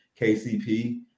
KCP